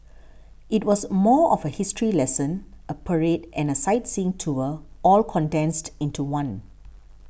it was more of a history lesson a parade and a sightseeing tour all condensed into one